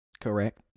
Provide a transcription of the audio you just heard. correct